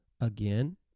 again